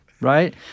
right